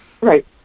Right